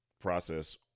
process